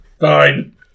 Fine